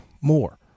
more